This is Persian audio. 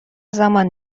زمان